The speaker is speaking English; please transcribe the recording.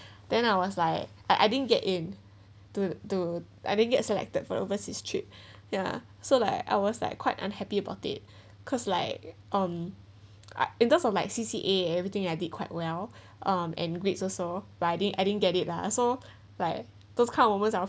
then I was like I I didn't get in to to I didn't get selected for the overseas trip ya so like I was like quite unhappy about it cause like um I in terms of like C_C_A everything I did quite well um and grades also but I didn't I didn't get it lah so like those kind of moments I would